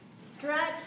stretch